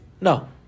No